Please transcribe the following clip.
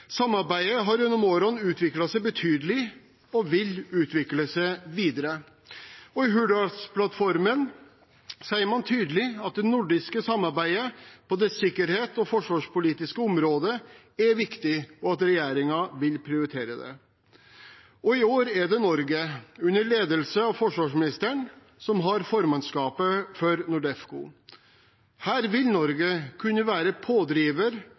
Samarbeidet har gjennom årene utviklet seg betydelig og vil utvikle seg videre. I Hurdalsplattformen sier man tydelig at det nordiske samarbeidet på det sikkerhets- og forsvarspolitiske området er viktig, og at regjeringen vil prioritere det. I år er det Norge, under ledelse av forsvarsministeren, som har formannskapet for NORDEFCO. Her vil Norge kunne være pådriver